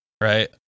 right